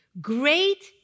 Great